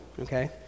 okay